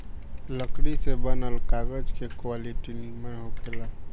लकड़ी से बनल कागज के क्वालिटी निमन होखेला